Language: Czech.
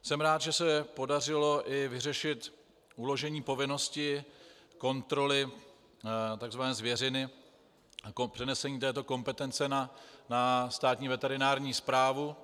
Jsem rád, že se podařilo vyřešit i uložení povinnosti kontroly takzvané zvěřiny, přenesení této kompetence na Státní veterinární správu.